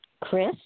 Chris